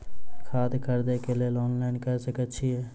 खाद खरीदे केँ लेल ऑनलाइन कऽ सकय छीयै?